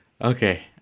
Okay